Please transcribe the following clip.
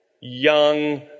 young